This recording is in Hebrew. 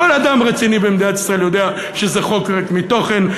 כל אדם רציני במדינת ישראל יודע שזה חוק ריק מתוכן.